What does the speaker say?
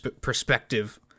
perspective